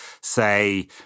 say